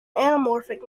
anamorphic